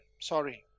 sorry